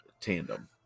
tandem